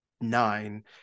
nine